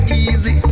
easy